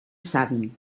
savi